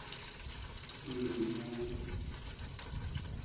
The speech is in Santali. ᱦᱩᱸ ᱢᱤᱭᱟᱝ